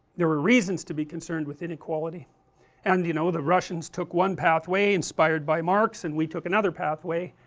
there are reasons to be concerned with inequality and, you know, the russians took one pathway inspired by marx and we took another pathway